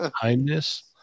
Kindness